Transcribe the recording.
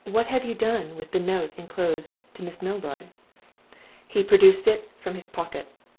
what have you done with the note inclosed to miss milroy he produced it from his pocket.